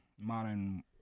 modern